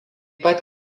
pat